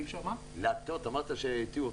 מאוד קשה להטעות אותו.